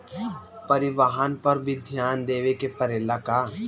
परिवारन पर भी ध्यान देवे के परेला का?